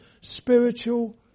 spiritual